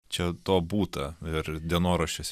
čia to būta ir dienoraščiuose